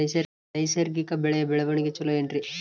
ನೈಸರ್ಗಿಕ ಬೆಳೆಯ ಬೆಳವಣಿಗೆ ಚೊಲೊ ಏನ್ರಿ?